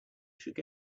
should